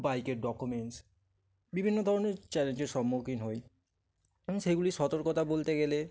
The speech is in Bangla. বাইকের ডকুমেন্টস বিভিন্ন ধরনের চ্যালেঞ্জের সম্মুখীন হই এবং সেইগুলি সতর্কতা বলতে গেলে